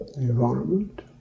environment